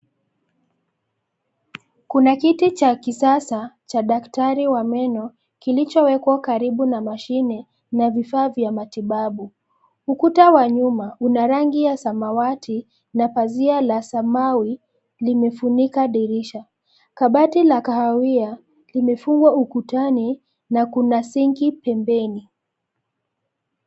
Kuna kiti cha kisasa, cha daktari wa meno, kilichowekwa karibu na mashine, na vifaa vya matibabu. Ukuta wa nyuma una rangi ya samawati, na pazia la samawi limefunika dirisha. Kabati la kahawia, limefungwa ukutani, na kuna sinki pembeni.